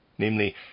namely